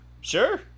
Sure